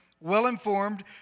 well-informed